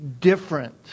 different